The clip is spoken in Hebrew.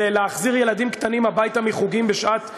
זה להחזיר ילדים קטנים הביתה מחוגים בשעה,